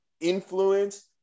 influence